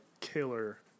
killer